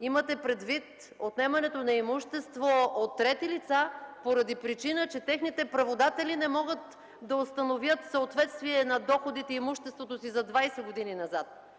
имате предвид отнемането на имущество от трети лица поради причина, че техните праводатели не могат да установят съответствие на доходите и имуществото си за 20 години назад,